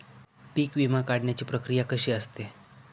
पीक विमा काढण्याची प्रक्रिया कशी असते?